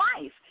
life